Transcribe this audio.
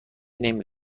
نمی